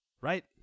right